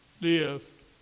live